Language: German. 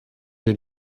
den